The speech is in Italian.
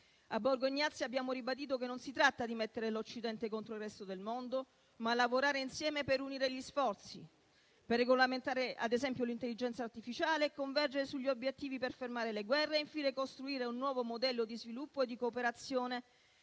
A Borgo Egnazia abbiamo ribadito che non si tratta di mettere l'Occidente contro il resto del mondo, ma lavorare insieme per unire gli sforzi, per regolamentare, ad esempio, l'intelligenza artificiale, convergere sugli obiettivi per fermare le guerre e, infine, costruire un nuovo modello di sviluppo e di cooperazione